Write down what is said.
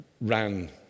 ran